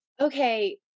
Okay